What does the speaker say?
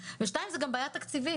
שנית, זה גם בעיה תקציבית.